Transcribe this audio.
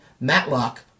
Matlock